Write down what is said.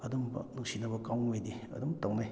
ꯑꯗꯨꯒꯨꯝꯕ ꯅꯨꯡꯅꯤꯅꯕ ꯀꯥꯡꯕꯨꯉꯩꯗꯤ ꯑꯗꯨꯝ ꯇꯧꯅꯩ